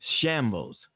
shambles